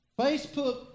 Facebook